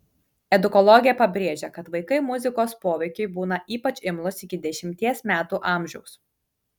edukologė pabrėžia kad vaikai muzikos poveikiui būna ypač imlūs iki dešimties metų amžiaus